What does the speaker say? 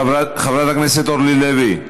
חברת הכנסת אורלי לוי,